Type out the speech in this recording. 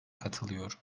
katılıyor